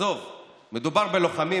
מדובר בלוחמים,